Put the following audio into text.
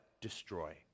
destroy